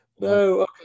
No